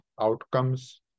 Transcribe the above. outcomes